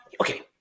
okay